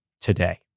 today